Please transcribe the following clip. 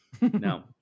no